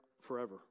forever